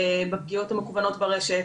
בפגיעות המקוונות ברשת.